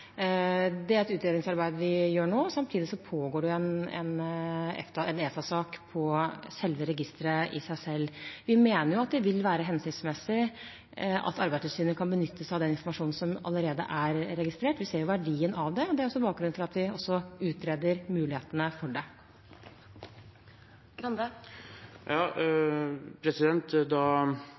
riktignok med et annet formål enn skattemyndighetenes, også kan benyttes til Arbeidstilsynets formål. Det er et utredningsarbeid vi gjør nå, og samtidig pågår det en ESA-sak om selve registeret. Vi mener det vil være hensiktsmessig at Arbeidstilsynet kan benytte seg av den informasjonen som allerede er registrert. Vi ser verdien av det, og det er også bakgrunnen for at vi utreder mulighetene for det. Da